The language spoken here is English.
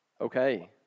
Okay